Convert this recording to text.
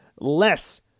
Less